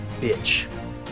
bitch